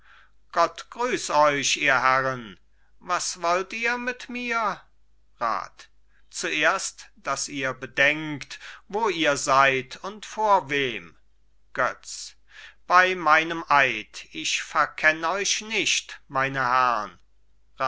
gott grüß euch ihr herrn was wollt ihr mit mir rat zuerst daß ihr bedenkt wo ihr seid und vor wem götz bei meinem eid ich verkenn euch nicht meine herrn